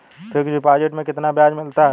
Fix deposit में कितना ब्याज मिलता है?